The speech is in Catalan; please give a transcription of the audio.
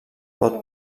pot